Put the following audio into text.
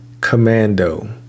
Commando